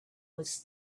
was